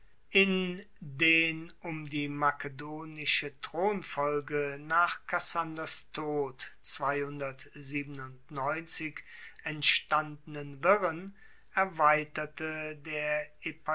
in den um die makedonische thronfolge nach kassanders tod entstandenen wirren erweiterte der